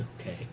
okay